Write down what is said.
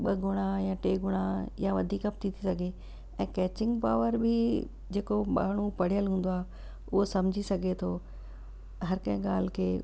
ॿ गुणा या टे गुणा या वधीक बि थी थी सघे ऐं कैचिंग पावर बि जेको माण्हू पढ़ियलु हूंदो आहे उहो सम्झी सघे थो हर कंहिं ॻाल्हि खे